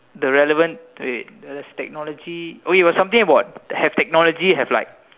the relevant wait does technology okay something about have technology have like